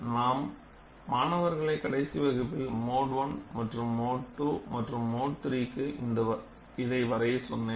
நான் மாணவர்களை கடைசி வகுப்பில் மோடு I மோடு II மற்றும் மோடு III க்கு இதைத் வரைய சொன்னேன்